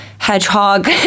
Hedgehog